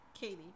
Katie